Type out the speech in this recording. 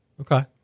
Okay